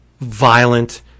violent